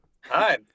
Hi